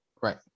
Right